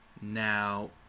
now